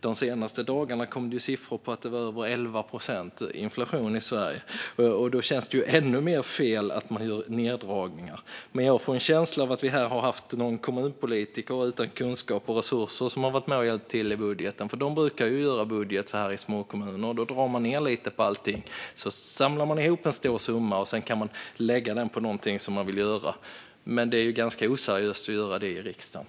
De senaste dagarna har det kommit siffror på över 11 procents inflation i Sverige. Då känns det ännu mer fel att man gör neddragningar. Jag får en känsla av att man haft någon kommunpolitiker utan kunskap och resurser som varit med och hjälpt till med budgeten, för de brukar ju göra budget så här i småkommuner. Då drar man ned lite på allting och samlar ihop en stor summa som man sedan kan lägga på någonting som man vill göra. Men det är ganska oseriöst att göra det i riksdagen.